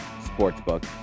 Sportsbook